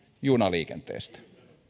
junaliikenteestä